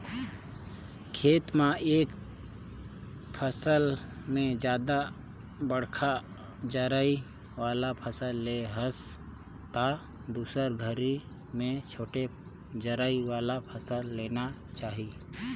खेत म एक फसल में जादा बड़खा जरई वाला फसल ले हस त दुसर घरी में छोटे जरई वाला फसल लेना चाही